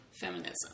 feminism